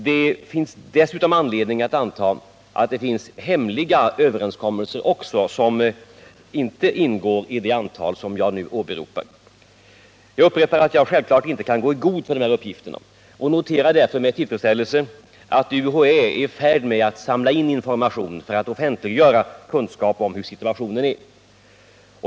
Det finns dessutom anledning anta att det finns hemliga överenskommelser som inte ingår i det antal som jag nu åberopat. Jag upprepar att jag självklart inte kan gå i god för dessa uppgifter, och jag noterar därför med tillfredsställelse att UHÄ är i färd med att samla in information för att offentliggöra kunskap om hur situationen är.